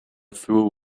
through